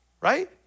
right